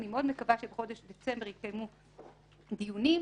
ואני מאוד מקווה שבחודש דצמבר יתקיימו דיונים,